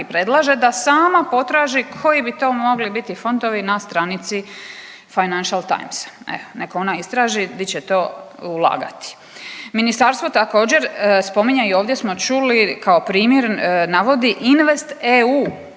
predlaže da sama potraži koji bi to mogli biti fondovi na stranici Financial Timesa. Evo nek' ona istraži di će to ulagati. Ministarstvo također spominje i ovdje smo čuli kao primjer navodi InvestEU